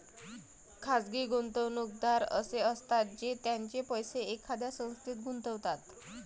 खाजगी गुंतवणूकदार असे असतात जे त्यांचे पैसे एखाद्या संस्थेत गुंतवतात